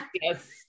Yes